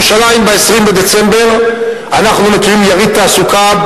ב-20 בדצמבר אנחנו מקיימים בירושלים יריד תעסוקה,